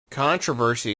controversy